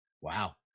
Wow